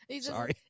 Sorry